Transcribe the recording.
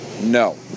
No